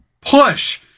push